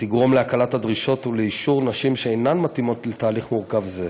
תגרום להקלת הדרישות ולאישור נשים שאינן מתאימות לתהליך מורכב זה.